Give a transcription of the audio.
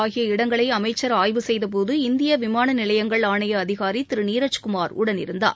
ஆகிய இடங்களை அமைச்சர் ஆய்வு செய்த போது இந்திய விமான நிலையங்கள் ஆணைய அதிகாரி திரு நீரஜ் குமார் உடனிருந்தார்